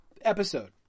episode